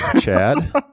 chad